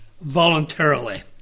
voluntarily